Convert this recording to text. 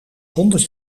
honderd